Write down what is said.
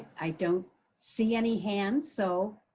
i don't see any hands. so.